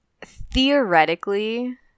theoretically